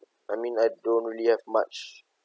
I mean I don't really have much